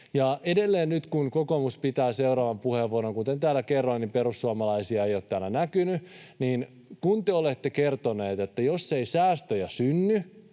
Edelleen nyt, kun kokoomus pitää seuraavan puheenvuoron — ja kuten täällä kerroin, perussuomalaisia ei ole täällä näkynyt: te olette kertoneet, että jos ei säästöjä synny,